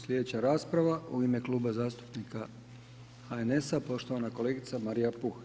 Slijedeća rasprava u ime Kluba zastupnika HNS-a, poštovana kolegica Marija Puh.